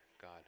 God